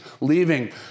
leaving